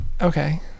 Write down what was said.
Okay